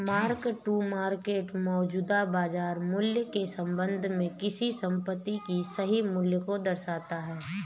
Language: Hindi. मार्क टू मार्केट मौजूदा बाजार मूल्य के संबंध में किसी संपत्ति के सही मूल्य को दर्शाता है